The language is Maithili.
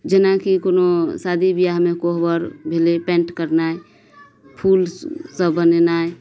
जेनाकि कोनो शादी विवाहमे कोहबर भेलै पेंट करनाइ फूल सब बनेनाइ